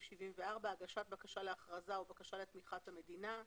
74.הגשת בקשה להכרזה ובקשה לתמיכת המדינה.